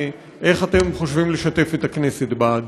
ואיך אתם חושבים לשתף את הכנסת בה?